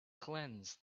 cleanse